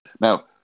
Now